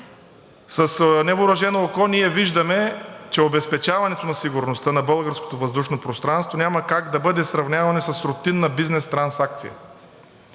с невъоръжено око ние виждаме, че обезпечаването на сигурността на българското въздушно пространство няма как да бъде сравнявано с рутинна бизнес трансакция.